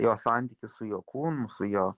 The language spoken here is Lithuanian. jo santykį su jo kūnu su jo